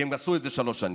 כי הם עשו את זה שלוש שנים.